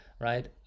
right